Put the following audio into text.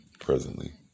presently